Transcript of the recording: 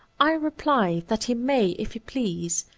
i reply that he may, if he please,